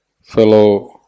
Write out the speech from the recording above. fellow